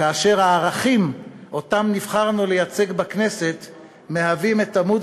כאשר הערכים שנבחרנו לייצג בכנסת מהווים את עמוד